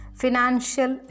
financial